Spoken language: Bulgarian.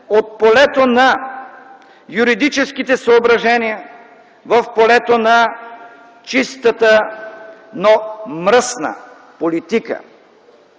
от полето на юридическите съображения в полето на чистата, но мръсна политика.